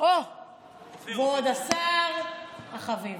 כבוד השר החביב,